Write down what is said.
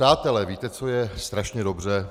Přátelé, víte, co je strašně dobře?